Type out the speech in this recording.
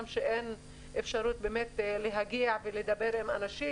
אי-אפשר באמת לדבר איתם,